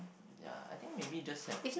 ya I think maybe just have